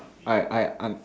I I I'm